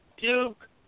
Duke